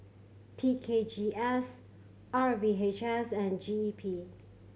T K G S R V H S and G E P